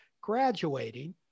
graduating